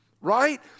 right